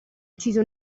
ucciso